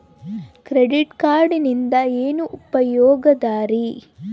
Credit ಕಾರ್ಡಿನಿಂದ ಏನು ಉಪಯೋಗದರಿ?